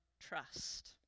trust